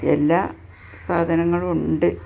എല്ലാ സാധാനങ്ങളും ഉണ്ട്